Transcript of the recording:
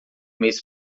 mês